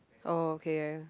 oh okay